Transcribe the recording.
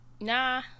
nah